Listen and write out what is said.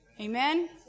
Amen